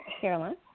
Carolyn